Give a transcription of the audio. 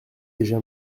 déjà